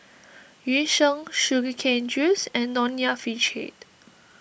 Yu Sheng Sugar Cane Juice and Nonya Fish Head